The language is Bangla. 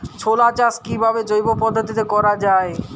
ছোলা চাষ কিভাবে জৈব পদ্ধতিতে করা যায়?